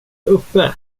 uppe